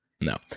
No